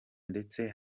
ndetse